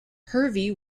hervey